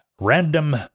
Random